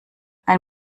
ein